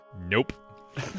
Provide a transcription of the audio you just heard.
Nope